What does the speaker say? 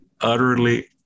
utterly